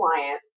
client